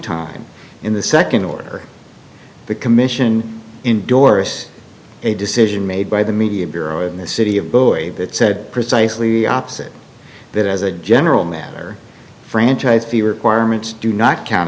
time in the second order the commission indorse a decision made by the media bureau in the city of bowie that said precisely the opposite that as a general matter franchise fee requirements do not count